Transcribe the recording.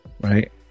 right